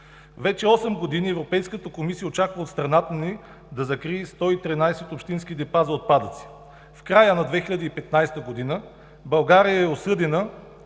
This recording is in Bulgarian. Вече осем години Европейската комисия очаква от страната ни да закрие 113 общински депа за отпадъци. В края на 2015 г. България е осъдена